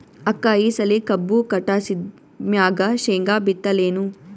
ಅಕ್ಕ ಈ ಸಲಿ ಕಬ್ಬು ಕಟಾಸಿದ್ ಮ್ಯಾಗ, ಶೇಂಗಾ ಬಿತ್ತಲೇನು?